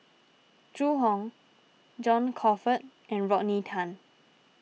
Zhu Hong John Crawfurd and Rodney Tan